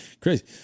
Crazy